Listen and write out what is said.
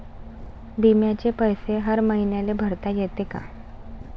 बिम्याचे पैसे हर मईन्याले भरता येते का?